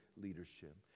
leadership